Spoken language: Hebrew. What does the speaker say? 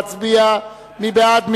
נא להצביע, מי בעד?